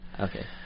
Okay